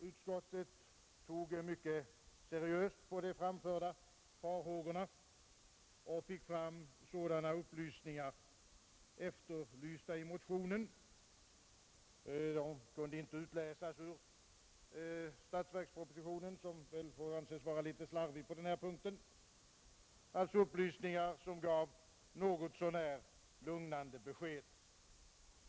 Utskottet tog mycket seriöst på de framförda farhågorna och fick fram sådana upplysningar, efterlysta i motionen — de kunde inte utläsas ur statsverkspropositionen, som väl får anses vara litet slarvig på den här punkten —, som gav något så när lugnande besked.